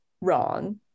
wrong